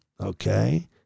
okay